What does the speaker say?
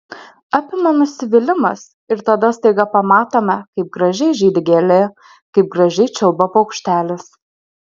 apima nusivylimas ir tada staiga pamatome kaip gražiai žydi gėlė kaip gražiai čiulba paukštelis